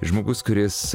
žmogus kuris